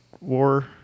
war